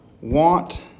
want